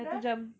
dah